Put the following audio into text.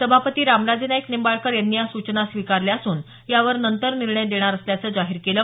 सभापती रामराजे नाईक निंबाळकर यांनी या सूचना स्वीकारल्या असून यावर नंतर निर्णय देणार असल्याचं जाहीर केलं